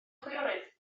chwiorydd